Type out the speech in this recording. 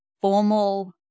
formal